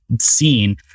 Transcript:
seen